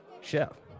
Chef